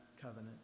covenant